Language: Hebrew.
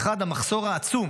האחד הוא המחסור העצום